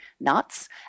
nuts